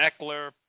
Eckler